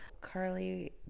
Carly